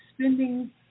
spending